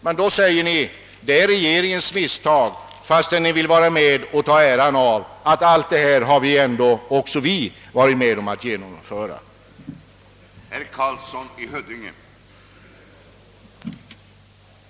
Men då säger ni att det är regeringens misstag, fastän ni vill vara med och ta äran och påstå att ni varit med om att genomföra alltihop.